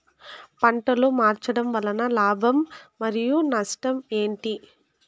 పంటలు మార్చడం వలన లాభం మరియు నష్టం ఏంటి